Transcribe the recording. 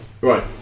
right